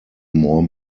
more